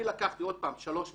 אני לקחתי שלוש מדינות.